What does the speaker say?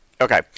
Okay